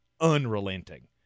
unrelenting